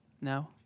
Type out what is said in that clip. No